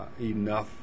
enough